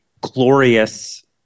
glorious